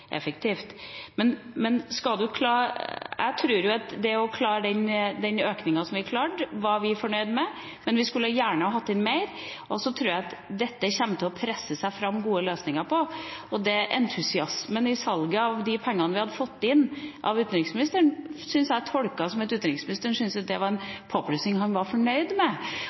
effektivt. Den økninga som vi klarte, var vi fornøyd med, men vi skulle gjerne hatt inn mer. Jeg tror at det kommer til å presse seg fram gode løsninger her. Entusiasmen til utenriksministeren over salget og de pengene vi hadde fått inn, tolker jeg som at dette var en påplussing utenriksministeren var fornøyd med,